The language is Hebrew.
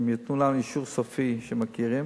שהם ייתנו לנו אישור סופי שהם מכירים,